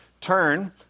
turn